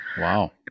wow